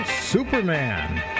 Superman